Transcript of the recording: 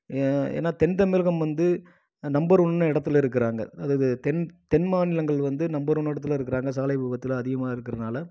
ஏன்னா தென் தமிழகம் வந்து நம்பர் ஒன்னு இடத்துல இருக்கிறாங்க அது இது தென் தென் மாநிலங்கள் வந்து நம்பர் ஒன் இடத்துல இருக்கிறாங்க சாலை விபத்துகள் அதிகமாக இருக்குறதுனால